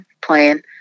playing